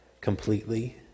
completely